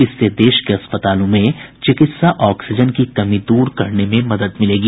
इससे देश के अस्पतालों में चिकित्सा ऑक्सीजन की कमी दूर करने में मदद मिलेगी